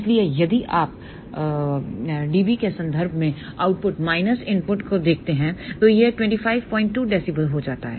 इसलिए यदि आप dB के संदर्भ में आउटपुट माइनस इनपुट को देखते हैं तो यह 252 dB हो जाता है